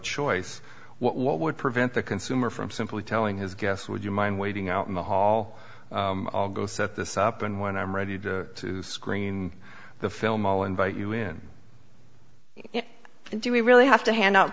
choice what would prevent the consumer from simply telling his guests would you mind waiting out in the hall go set this up and when i'm ready to screen the film all invite you in do we really have to hand out